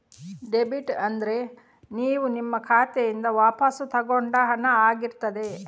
debit ಅಂದ್ರೆ ನೀವು ನಿಮ್ಮ ಖಾತೆಯಿಂದ ವಾಪಸ್ಸು ತಗೊಂಡ ಹಣ ಆಗಿರ್ತದೆ